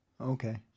Okay